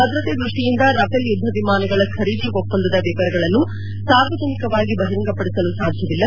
ಭದ್ರತೆ ದೃಷ್ಟಿಯಿಂದ ರಫೇಲ್ ಯುದ್ಧವಿಮಾನಗಳ ಖರೀದಿ ಒಪ್ಪಂದದ ವಿವರಗಳನ್ನು ಸಾರ್ವಜನಿಕವಾಗಿ ಬಹಿರಂಗಪಡಿಸಲು ಸಾಧ್ವವಿಲ್ಲ